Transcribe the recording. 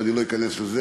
אבל אני לא אכנס לזה,